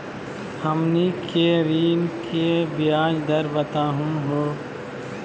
हमनी के ऋण के ब्याज दर बताहु हो?